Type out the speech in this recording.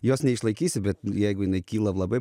jos neišlaikysi bet jeigu jinai kyla labai